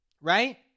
Right